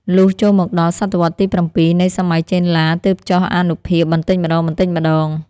លុះ ចូលមកដល់សតវត្សទី៧ នៃសម័យចេនឡាទើបចុះអានុភាពបន្តិចម្តងៗ។